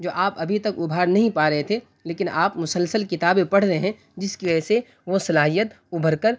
جو آپ ابھی تک ابھار نہیں پا رہے تھے لیکن آپ مسلسل کتابیں پڑھ رہے ہیں جس کی وجہ سے وہ صلاحیت ابھر کر